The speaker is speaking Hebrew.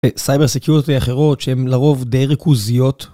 סייבר סקיוריטי אחרות שהן לרוב די ריכוזיות.